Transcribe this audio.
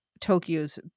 Tokyo's